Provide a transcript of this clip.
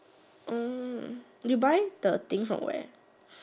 oh you buy the thing from where